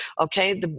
Okay